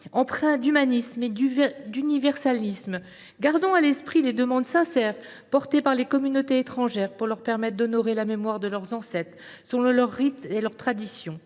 empreint d’humanisme et d’universalisme. Gardons à l’esprit les demandes sincères formulées par des communautés étrangères en vue d’honorer la mémoire de leurs ancêtres selon leurs rites et leurs traditions.